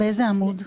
באיזה עמוד.